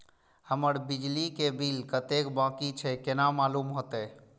हमर बिजली के बिल कतेक बाकी छे केना मालूम होते?